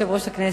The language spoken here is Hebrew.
יושב-ראש הכנסת,